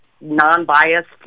non-biased